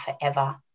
forever